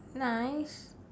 nice